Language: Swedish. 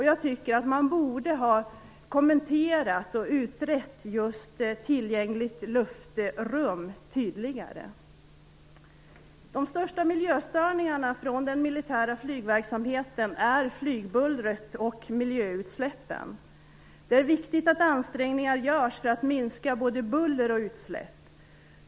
Jag tycker att man borde ha kommenterat och utrett tillgängligt luftrum tydligare. De största miljöstörningarna från den militära flygverksamheten är flygbullret och miljöutsläppen. Det är viktigt att ansträngningar görs för att minska både buller och utsläpp.